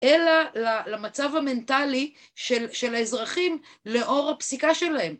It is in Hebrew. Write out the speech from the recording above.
אלא למצב המנטלי של האזרחים לאור הפסיקה שלהם.